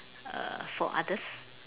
err for others